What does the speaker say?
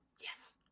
Yes